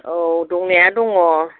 औ दंनाया दङ